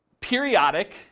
periodic